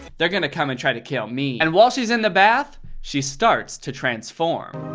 they're gonna come and try to kill me. and while she's in the bath, she starts to transform.